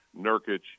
Nurkic